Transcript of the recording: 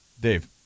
Dave